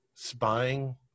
spying